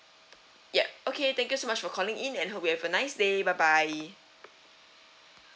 yup okay thank you so much for calling in and hope you have a nice day bye bye